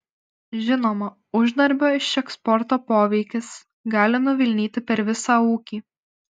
žinoma uždarbio iš eksporto poveikis gali nuvilnyti per visą ūkį